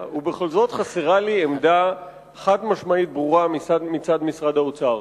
עמדה חד-משמעית וברורה מצד משרד האוצר.